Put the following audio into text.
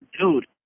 dude